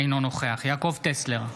אינו נוכח יעקב טסלר,